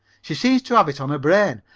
she seemed to have it on her brain.